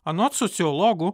anot sociologų